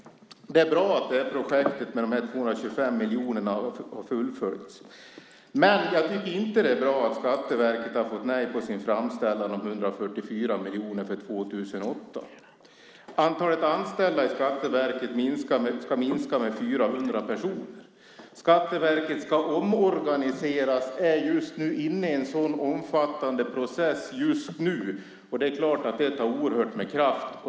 Det är bra att projektet med de 225 miljonerna har fullföljts. Men jag tycker inte att det är bra att Skatteverket har fått nej på sin framställan om 144 miljoner för 2008. Antalet anställda i Skatteverket ska minska med 400 personer. Skatteverket ska omorganiseras och är just nu inne i en sådan omfattande process. Det är klart att det tar oerhört med kraft.